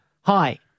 Hi